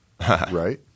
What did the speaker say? Right